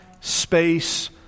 space